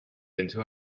into